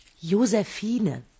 Josephine